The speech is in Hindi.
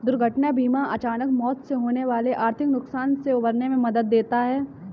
दुर्घटना बीमा अचानक मौत से होने वाले आर्थिक नुकसान से उबरने में मदद देता है